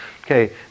Okay